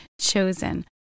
chosen